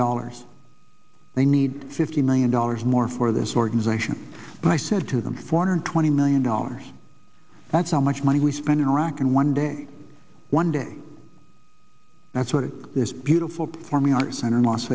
dollars they need fifty million dollars more for this organization and i said to them four hundred twenty million dollars that's how much money we spend in iraq and one day one day that's what it is beautiful for me our center in las